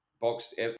Boxed